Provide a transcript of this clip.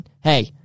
hey